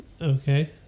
Okay